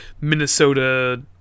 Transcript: Minnesota